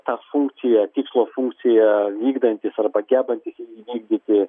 tą funkciją tikslo funkciją vykdantis arba gebantis įvykdyti